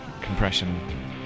Compression